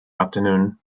afternoon